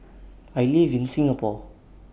I live in Singapore